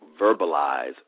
verbalize